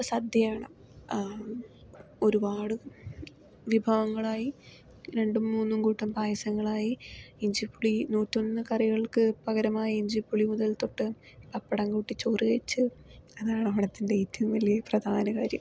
സദ്യയാണ് ഒരുപാട് വിഭവങ്ങളായി രണ്ടുമൂന്നു കൂട്ടം പായസങ്ങളായി ഇഞ്ചിപ്പുളി നൂറ്റൊന്ന് കറികൾക്ക് പകരമായി ഇഞ്ചിപ്പുളി മുതൽ തൊട്ട് പപ്പടം കൂട്ടി ചോറ് കഴിച്ച് അതാണ് ഓണത്തിൻ്റെ ഏറ്റവും വലിയ പ്രധാന കാര്യം